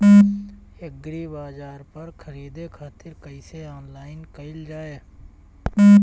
एग्रीबाजार पर खरीदे खातिर कइसे ऑनलाइन कइल जाए?